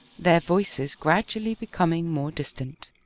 their voices gradually be coming more distant.